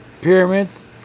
Pyramids